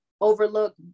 overlook